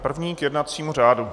První k jednacímu řádu.